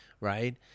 right